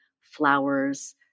flowers